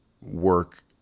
work